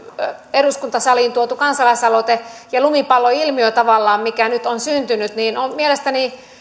eduskuntasaliin tuotu kansalaisaloite ja lumipalloilmiö tavallaan mikä nyt on syntynyt on mielestäni